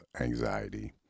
anxiety